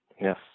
Yes